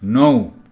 नौ